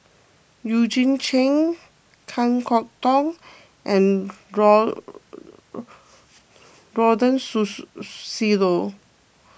Eugene Chen Kan Kwok Toh and